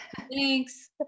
Thanks